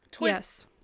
Yes